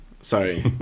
Sorry